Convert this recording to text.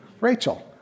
Rachel